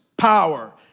power